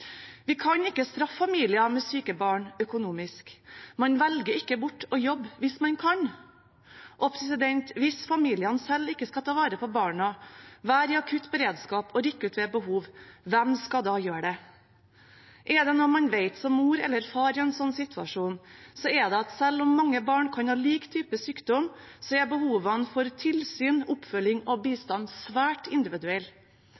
Vi kan ikke straffe familier med syke barn økonomisk. Man velger ikke bort å jobbe hvis man kan. Hvis familiene selv ikke skal ta vare på barna – være i akutt beredskap og rykke ut ved behov – hvem skal da gjøre det? Er det noe man vet som mor eller far i en slik situasjon, er det at selv om mange barn kan ha lik type sykdom, er behovene for tilsyn, oppfølging og